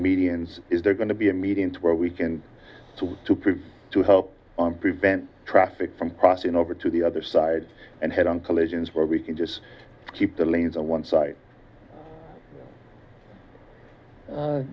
medians is there going to be a meeting where we can talk to people to help prevent traffic from crossing over to the other side and head on collisions where we can just keep the lanes on one side